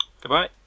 goodbye